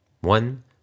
One